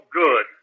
good